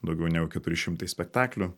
daugiau negu keturi šimtai spektaklių